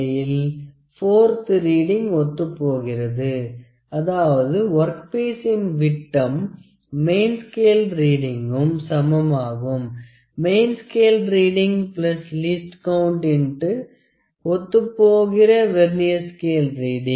0 to 1 இடையில் 4 த்து reading ஒத்துப்போகிறது அதாவது ஒர்க்பிசின் விட்டம் மெயின் ஸ்கேல் ரீடிங்கும் சமமாகும் main scale reading least count X ஒத்துப் போகிற வெர்னியர் ஸ்கேல் ரீடிங்